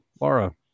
Laura